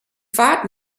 fahrt